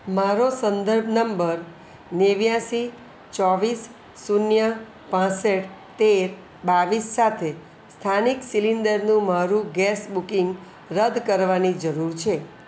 મારે સંદર્ભ નંબર નેવ્યાશી ચોવીસ શૂન્ય પાસઠ તેર બાવીસ સાથે સ્થાનિક સિલિન્ડરનું મારું ગેસ બુકિંગ રદ કરવાની જરૂર છે